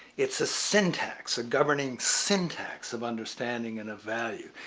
it's a syntax. a governing syntax of understanding and of value.